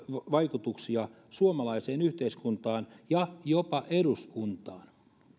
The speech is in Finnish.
vaikutuksia suomalaiseen yhteiskuntaan ja jopa eduskuntaan